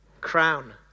crown